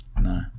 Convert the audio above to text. No